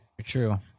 True